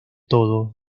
todo